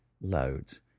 loads